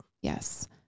Yes